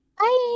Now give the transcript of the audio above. Bye